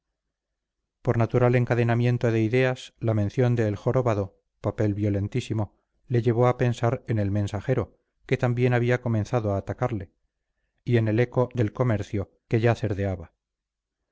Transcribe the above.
por natural encadenamiento de ideas la mención de el jorobado papel violentísimo le llevó a pensar en el mensajero que también había comenzado a atacarle y en el eco del comercio que ya